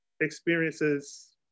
experiences